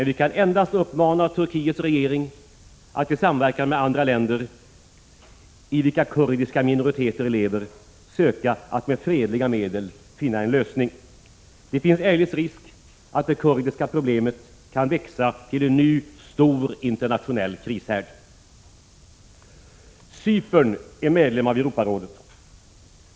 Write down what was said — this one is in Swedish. Vi kan endast uppmana Turkiets regering att i samverkan med andra länder i vilka kurdiska minoriteter lever söka att med fredliga medel finna en lösning. Det finns eljest risk för att det kurdiska problemet kan växa till en ny stor internationell krishärd. Cypern är medlem i Europarådet.